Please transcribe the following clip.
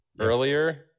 earlier